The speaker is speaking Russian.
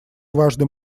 важный